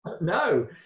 No